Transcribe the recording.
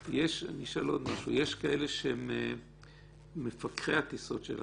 אני אשאל עוד משהו: יש כאלה שהם מפקחי הטיסות שלכם.